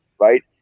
right